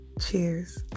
Cheers